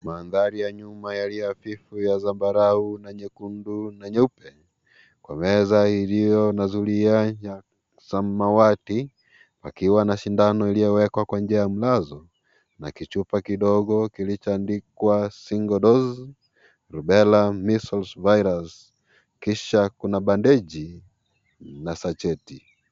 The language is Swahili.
Mandhari ya nyuma yaliyo hafifu ya zambarau na nyekundu na nyeupe, kwa meza iliyo na zulia ya samawati, akiwa na shindano iliyowekwa kwa njia ya mlazo, na kichupa kidogo kilichoandikwa Single dose Rubella, Measles virus , kisha kuna bandeji na sacheti .